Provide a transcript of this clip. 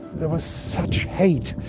there was such hate.